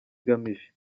igamije